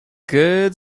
good